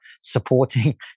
supporting